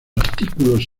artículos